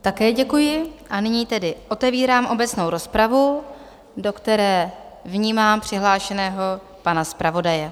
Také děkuji a nyní tedy otevírám obecnou rozpravu, do které vnímám přihlášeného pana zpravodaje.